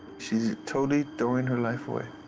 she's totally throwing her life away.